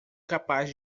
capaz